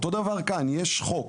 אותו הדבר כאן; יש חוק.